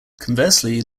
conversely